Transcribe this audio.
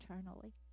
eternally